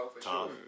Tough